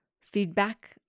feedback